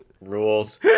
Rules